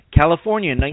California